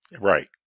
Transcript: Right